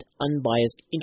unbiased